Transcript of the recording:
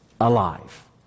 alive